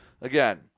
Again